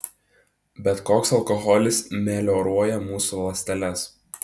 bet koks alkoholis melioruoja mūsų ląsteles